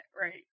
Right